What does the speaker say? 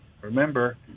remember